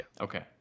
Okay